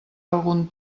algun